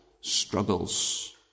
struggles